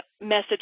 message